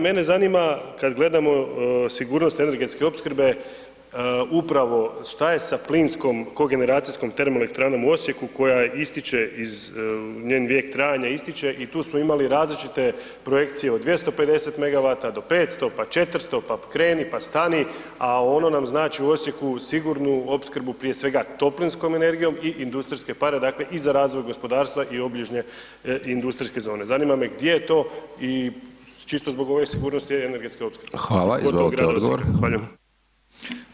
Mene zanima kad gledamo sigurnost energetske opskrbe upravo šta je sa plinskom kogeneracijskom termoelektranom u Osijeku koja ističe iz, njen vijek trajanja ističe i tu smo imali različite projekcije od 250 megawata do 500, pa 400, pa kreni, pa stani, a ona nam znači u Osijeku sigurnu opskrbu prije svega toplinskom energijom i industrijske pare, dakle i za razvoj gospodarstva i obližnje industrijske zone, zanima me gdje je to i čisto zbog ove sigurnosti energetske opskrbe [[Upadica: Hvala, izvolite odgovor]] [[Govornik se ne razumije]] grada Osijeka.